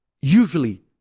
usually